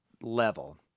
level